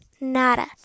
nada